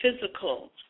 physical